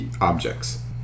objects